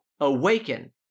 awaken